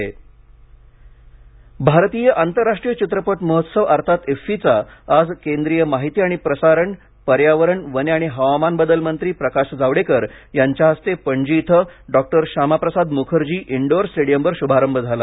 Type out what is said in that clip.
डुफ्फी भारतीय आंतरराष्ट्रीय चित्रपट महोत्सव अर्थात इफ्फीचा आज केंद्रीय माहिती आणि प्रसारण पर्यावरण वने आणि हवामान बदल मंत्री प्रकाश जावडेकर यांच्या हस्ते पणजी इथं डॉ श्यामाप्रसाद मुखर्जी इनडोअर स्टेडीयमवर शुभारंभ झाला